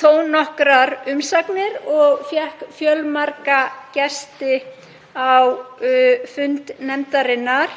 þó nokkrar umsagnir og fjölmarga gesti á fund nefndarinnar